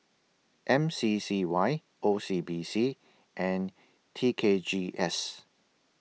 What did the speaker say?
M C C Y O C B C and T K G S